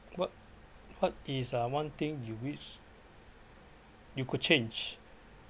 what what is uh one thing you wish you could change